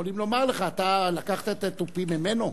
יכולים לומר לך: אתה לקחת את התופים ממנו?